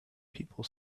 people